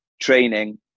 training